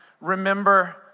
remember